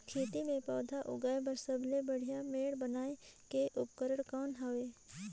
खेत मे पौधा उगाया बर सबले बढ़िया मेड़ बनाय के उपकरण कौन हवे?